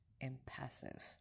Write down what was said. impassive